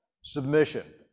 submission